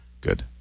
Good